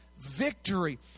victory